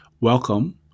Welcome